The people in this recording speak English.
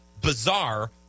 bizarre